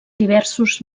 diversos